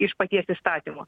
iš paties įstatymo